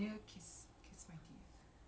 ah (uh huh) (uh huh)